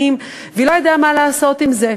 והיא לא ידעה מה לעשות עם זה,